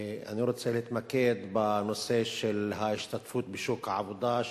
אני רוצה להתמקד בנושא של ההשתתפות בשוק העבודה,